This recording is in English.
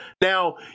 now